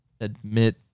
admit